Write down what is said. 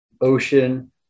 ocean